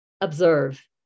observe